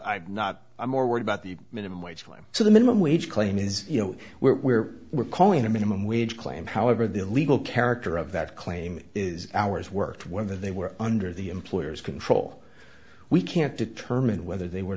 i'm not i'm more worried about the minimum wage law so the minimum wage claim is you know where we're calling a minimum wage claim however the illegal character of that claim is hours worked whether they were under the employer's control we can't determine whether they were